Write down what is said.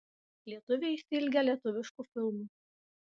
lietuviai išsiilgę lietuviškų filmų